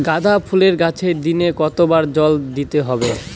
গাদা ফুলের গাছে দিনে কতবার জল দিতে হবে?